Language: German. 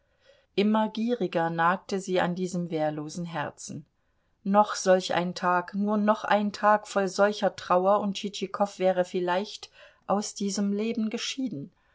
immer gieriger nagte sie an diesem wehrlosen herzen noch solch ein tag nur noch ein tag voll solcher trauer und tschitschikow wäre vielleicht aus diesem leben geschieden